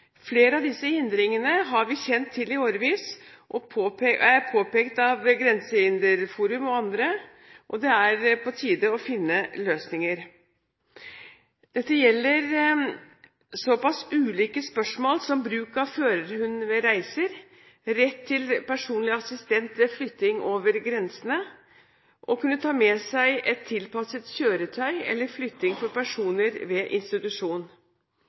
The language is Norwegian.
Flere av disse hindringene har vi kjent til i årevis og er påpekt av Grensehinderforum og andre, og det er på tide å finne løsninger. Dette gjelder såpass ulike spørsmål som bruk av førerhund ved reiser, rett til personlig assistent ved flytting over grensene, å kunne ta med seg et tilpasset kjøretøy eller flytting for personer ved institusjon.